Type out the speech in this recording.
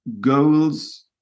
goals